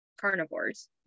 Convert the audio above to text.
carnivores